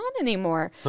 anymore